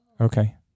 Okay